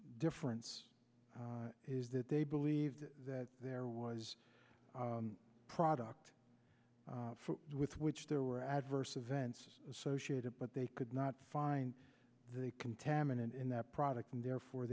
difference is that they believed that there was a product with which there were adverse events associated but they could not find the contaminant in that product and therefore